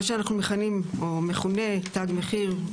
מה שאנחנו מכנים או מכונה תג מחיר,